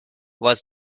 was